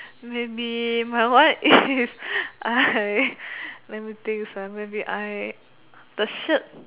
maybe my one is I let my think uh maybe I the shirt